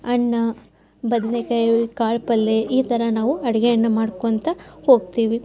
ಅನ್ನ ಬದ್ನೆಕಾಯಿ ಕಾಳು ಪಲ್ಲೆ ಈ ಥರ ನಾವು ಅಡುಗೆಯನ್ನು ಮಾಡ್ಕೊಳ್ತಾ ಹೋಗ್ತೀವಿ